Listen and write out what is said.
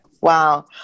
Wow